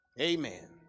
Amen